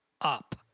up